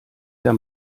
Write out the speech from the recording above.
der